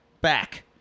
back